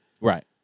Right